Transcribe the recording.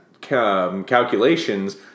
calculations